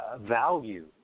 value